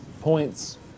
points